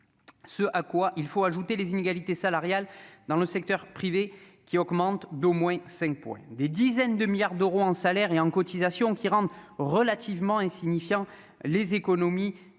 ce à quoi il faut ajouter les inégalités salariales dans le secteur privé qui augmentent d'au moins 5, des dizaines de milliards d'euros en salaires et en cotisations qui rendent relativement insignifiant, les économies